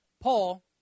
Paul